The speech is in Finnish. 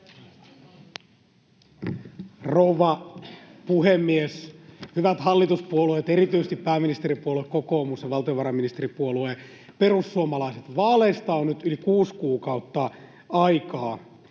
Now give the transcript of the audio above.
Rouva puhemies! Hyvät hallituspuolueet, erityisesti pääministeripuolue kokoomus ja valtiovarainministeripuolue perussuomalaiset, vaaleista on nyt yli kuusi kuukautta aikaa,